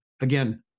Again